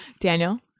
Daniel